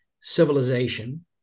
civilization